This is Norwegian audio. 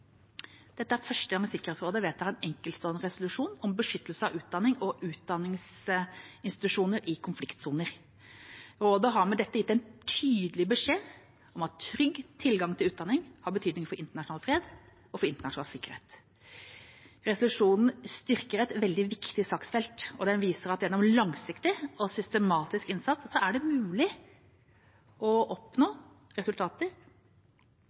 Dette er første gang Sikkerhetsrådet vedtar en enkeltstående resolusjon om beskyttelse av utdanning og utdanningsinstitusjoner i konfliktsoner. Rådet har med dette gitt en tydelig beskjed om at trygg tilgang til utdanning har betydning for internasjonal fred og sikkerhet. Resolusjonen styrker et veldig viktig saksfelt. Den viser at det gjennom langsiktig og systematisk innsats er mulig å oppnå resultater